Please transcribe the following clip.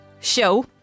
Show